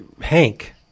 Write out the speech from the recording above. Hank